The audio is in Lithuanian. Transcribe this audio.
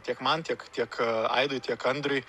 tiek man tiek tiek aidui tiek andriui